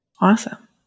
Awesome